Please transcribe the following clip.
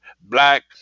black